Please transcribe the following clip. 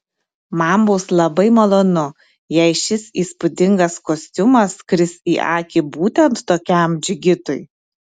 man bus labai malonu jei šis įspūdingas kostiumas kris į akį būtent tokiam džigitui